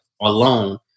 alone